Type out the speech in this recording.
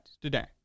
today